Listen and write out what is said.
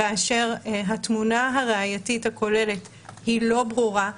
כאשר התמונה הראייתית הכוללת לא ברורה.